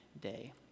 day